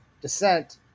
descent